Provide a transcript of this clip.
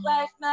Life